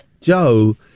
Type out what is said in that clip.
Joe